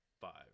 Five